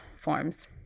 forms